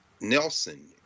Nelson